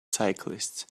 cyclists